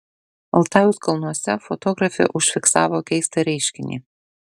altajaus kalnuose fotografė užfiksavo keistą reiškinį